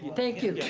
thank you,